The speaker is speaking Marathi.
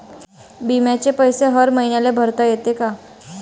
बिम्याचे पैसे हर मईन्याले भरता येते का?